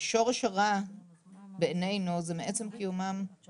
שורש הרע בעינינו זה מעצם קיומם של